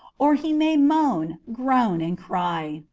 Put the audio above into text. or he may moan, groan and cry,